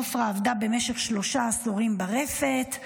עפרה עבדה במשך שלושה עשורים ברפת,